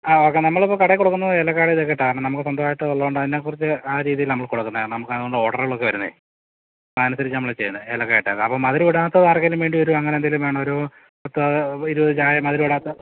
ങാ ഓക്കേ നമ്മൾ ഇപ്പോൾ കടയിൽ കൊടുക്കുന്നത് ഏലയ്ക്കായുടെ ഇതൊക്കെ ഇട്ടാണ് കാരണം നമുക്ക് സ്വന്തമായിട്ട് ഉള്ളതുകൊണ്ട് തന്നെ അതിനെകുറിച്ചു ആ രീതിയിലാണ് നമ്മൾ കൊടുക്കുന്നത് കാരണം നമുക്ക് അതുകൊണ്ട് ഓർഡറുകളൊക്കെ വരുന്നത് അതനുസരിച്ചാണ് നമ്മൾ ചെയ്യുന്നത് ഏലയ്ക്കായിട്ട് അപ്പം മധുരം ഇടാത്തത് ആർക്കെങ്കിലും ആർക്കേലും വേണ്ടിവരുവോ അങ്ങനെ എന്തേലും വേണോ ഒരു പത്ത് ഇരുപത് ചായ മധുരമിടാത്തത്